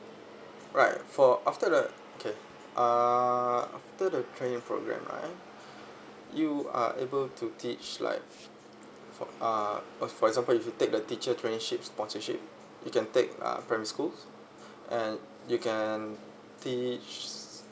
alright for after the okay uh after the training program right you are able to teach like for uh for example if you take the teacher traineeship sponsorship you can take uh primary schools and you can teach